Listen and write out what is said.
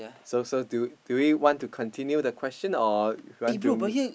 so so do do we want to continue the question or you want to m~